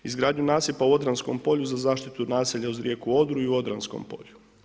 Izgradnju nasipa u Odranskom polju za zaštitu naselja uz rijeku Odru i u Odranskom polju.